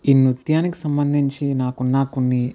ఈ నృత్యానికి సంబంధించి నాకు ఉన్న కొన్ని